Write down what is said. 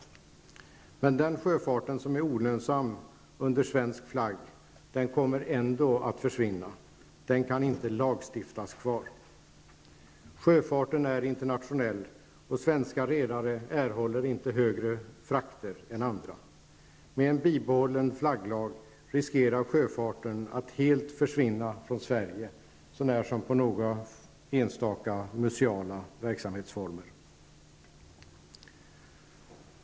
Men den sjöfart som är olönsam under svensk flagg kommer att försvinna ändå. Den kan inte lagstiftas kvar. Sjöfarten är interntionell, och svenska redare erhåller inte högre frakter än andra. Med en bibehållen flagglag riskerar sjöfarten att helt försvinna från Sverige -- så när som några enstaka museala verksamhetsformer.